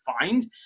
find